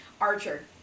Archer